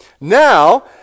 Now